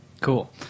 cool